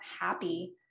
happy